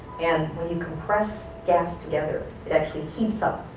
and when you compress gas together, it actually heats up.